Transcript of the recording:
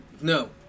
no